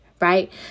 right